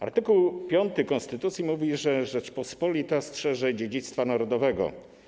Art. 5 konstytucji stanowi, że Rzeczpospolita strzeże dziedzictwa narodowego.